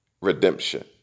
redemption